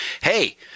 Hey